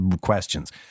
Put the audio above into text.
questions